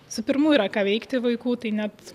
su pirmu yra ką veikti vaiku tai net